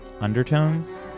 undertones